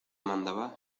mandaba